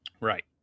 Right